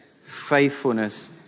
faithfulness